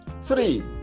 Three